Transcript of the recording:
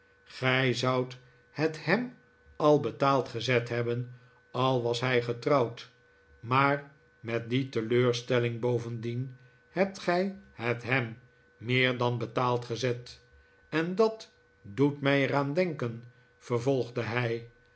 gij zoudt het hem al betaald gezet hebben al was hij getrpuwd maar met die teleurstelling bovendien hebt gij het hem meer dan betaald gezet en dat doet mij er aan denken vervolgde hij